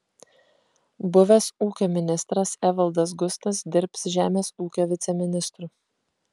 buvęs ūkio ministras evaldas gustas dirbs žemės ūkio viceministru